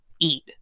Eat